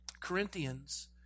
Corinthians